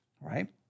Right